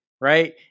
Right